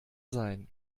sein